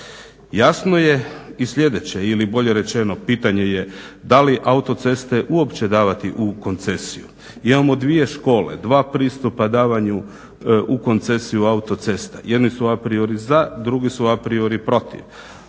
Jasno je i sljedeće ili bolje rečeno pitanje je da li autoceste uopće davati u koncesiju. Imamo dvije škole, dva pristupa davanju u koncesiju autocesta. Jedni su a priori za, drugi su a priori protiv.